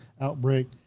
outbreak